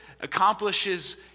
accomplishes